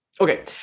Okay